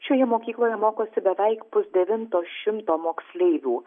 šioje mokykloje mokosi beveik pusdevinto šimto moksleivių